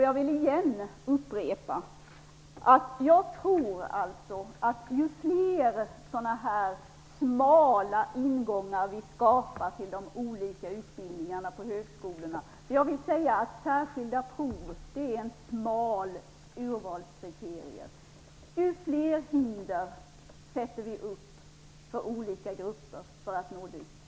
Jag vill upprepa att jag tror att ju fler sådana här smala ingångar vi skapar till de olika utbildningarna på högskolorna desto fler hinder sätter vi upp för olika grupper. Särskilda prov är en smal urvalsmetod.